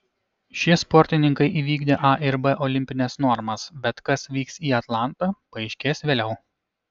šie sportininkai įvykdė a ir b olimpines normas bet kas vyks į atlantą paaiškės vėliau